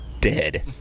dead